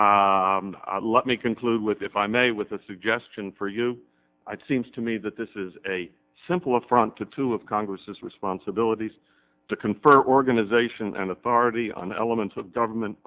let me conclude with if i may with a suggestion for you i seems to me that this is a simple affront to two of congress's responsibilities to confer organization and authority on elements of government